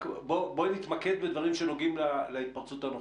רק בואי נתמקד בדברים שנוגעים להתפרצות הנוכחית.